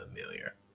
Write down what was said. familiar